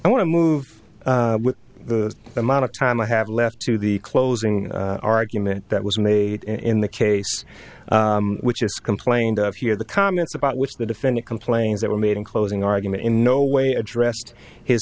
i want to move the amount of time i have left to the closing argument that was made in the case which is complained of here the comments about which the defendant complains that were made in closing argument in no way addressed his